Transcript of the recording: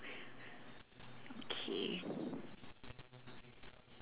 okay